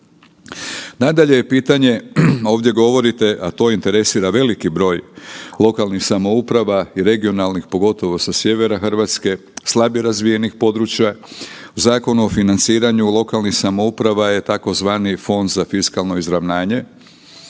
Nadalje je pitanje, ovdje govorite, a to interesira veliki broj lokalnih samouprava i regionalnih pogotovo sa sjevera Hrvatske, slabije razvijenih područja Zakon o financiranju lokalnih samouprava je tzv. Fond za fiskalno izravnanje.